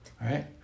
Right